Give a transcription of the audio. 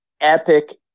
epic